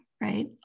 right